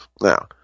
Now